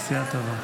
נסיעה טובה.